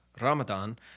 Ramadan